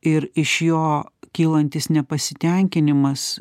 ir iš jo kylantis nepasitenkinimas